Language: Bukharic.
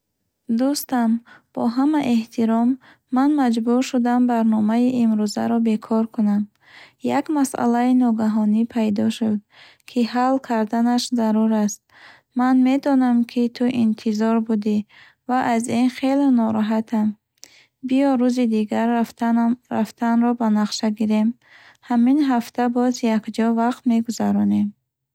Дӯстам, бо ҳама эҳтиром, ман маҷбур шудам барномаи имрӯзаро бекор кунам. Як масъалаи ногаҳонӣ пайдо шуд, ки ҳал карданаш зарур аст. Ман медонам, ки ту интизор будӣ ва аз ин хеле нороҳатам. Биё, рӯзи дигар рафтанам рафтанро ба нақша гирем. Ҳамин ҳафта боз якҷо вақт мегузаронем!